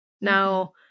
now